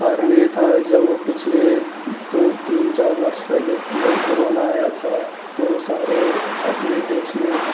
कारण यह था जब वह पिछले दो तीन चार वर्ष पहले जब कोरोना आया था तो सारे अपने देश में